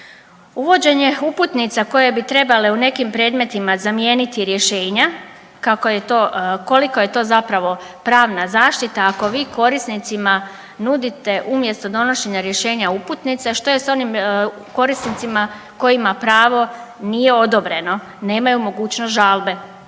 Uvođenje uputnica koje bi trebale u nekim predmetima zamijeniti rješenja koliko je to zapravo pravna zaštita, ako vi korisnicima nudite umjesto donošenja rješenja uputnice. A što je sa onim korisnicima kojima pravo nije odobreno, nemaju mogućnost žalbe?